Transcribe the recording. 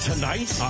Tonight